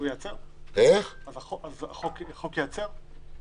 החוק ייעצר?